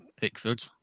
Pickford